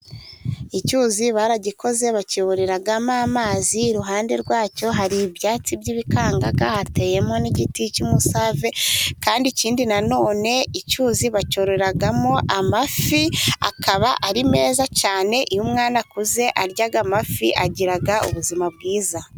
Icyuzi baragikoze bakiyoboreramo amazi, iruhande rwacyo hari ibyatsi byibikangaga hateyemo n'igiti cy'umusave, kandi ikindi na none icyuzi bacyororeramo amafi akaba ari meza cyane, iyo umwana akuze arya amafi agira ubuzima bwiza